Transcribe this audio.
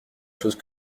chose